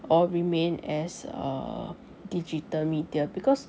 or remain as uh digital media because